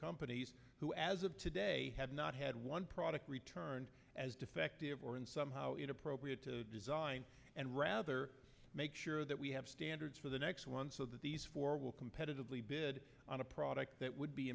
companies who as of today have not had one product returned as defective or in somehow inappropriate to design and rather make sure that we have standards for the next one so that these four will competitively bid on a product that would be